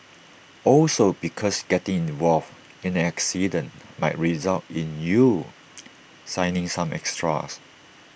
also because getting involved in an incident might result in you signing some extras